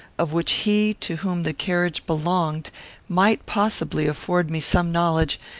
of which he to whom the carriage belonged might possibly afford me some knowledge,